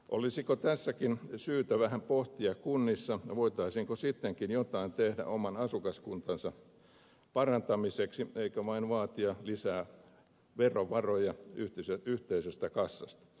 olisiko tässäkin syytä vähän pohtia kunnissa voitaisiinko sittenkin jotain tehdä oman kunnan parantamiseksi eikä vain vaatia lisää verovaroja yhteisestä kassasta